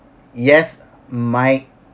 yes might